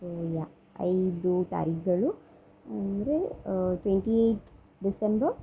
so ಯಾ ಐದು ತಾರೀಕುಗಳು ಅಂದರೆ ಟ್ವೆಂಟಿ ಏಯ್ತ್ ಡಿಸೆಂಬರ್